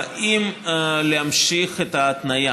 האם להמשיך את ההתניה?